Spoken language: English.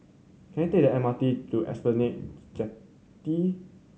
can I take the M R T to Esplanade Jetty